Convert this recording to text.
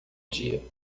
dia